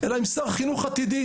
אלא עם שר חינוך עתידי,